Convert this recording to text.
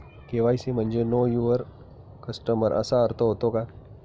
KYC म्हणजे know your customer असा अर्थ होतो का?